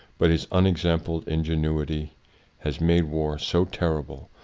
but his un exampled ingenuity has made war so terrible,